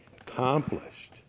accomplished